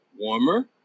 warmer